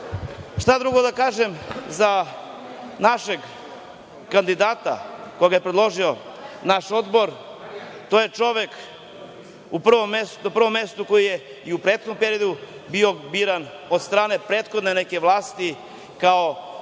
drugo da kažem za našeg kandidata koga je predložio naš odbor, to je čovek na prvom mestu koji je i u prethodnom periodu bio biran od strane prethodne neke vlasti kao